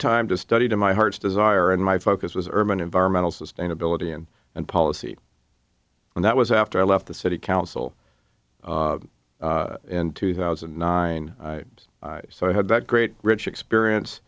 time to study to my heart's desire and my focus was urban environmental sustainability and and policy and that was after i left the city council in two thousand and nine so i had that great rich experience